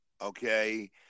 Okay